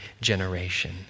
generation